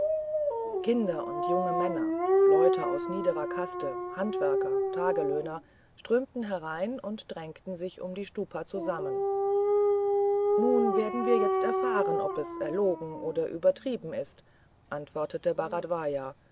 kinder und junge männer leute aus niederer kaste handwerker tagelöhner strömten herein und drängten sich um die stupa zusammen nun wir werden jetzt erfahren ob es erlogen oder übertrieben ist antwortete